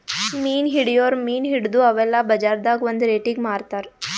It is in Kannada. ಮೀನ್ ಹಿಡಿಯೋರ್ ಮೀನ್ ಹಿಡದು ಅವೆಲ್ಲ ಬಜಾರ್ದಾಗ್ ಒಂದ್ ರೇಟಿಗಿ ಮಾರ್ತಾರ್